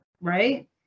Right